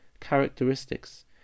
characteristics